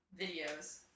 videos